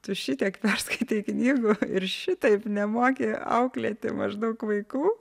tu šitiek perskaitei knygų ir šitaip nemoki auklėti maždaug vaikų